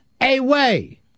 away